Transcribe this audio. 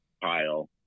pile